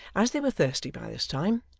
as they were thirsty by this time,